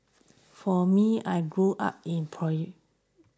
for me I grew up in